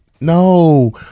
no